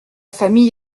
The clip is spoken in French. famille